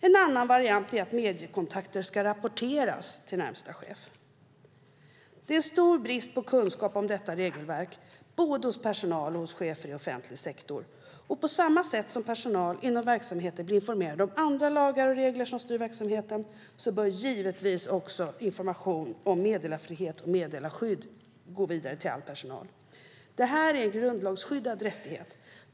En annan variant är att mediekontakter ska rapporteras till närmaste chef. Det råder en stor brist på kunskap om detta regelverk hos både personal och chefer i offentlig sektor. På samma sätt som personal inom verksamheter blir informerade om andra lagar och regler som styr verksamheten bör givetvis också information om meddelarfrihet och meddelarskydd gå vidare till all personal. Det här är en grundlagsskyddad rättighet.